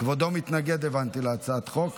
הבנתי שכבודו מתנגד להצעת החוק.